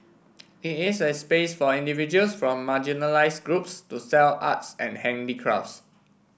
it is a space for individuals from marginalised groups to sell arts and handicrafts